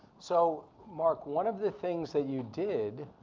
so mark, one of the things that you did,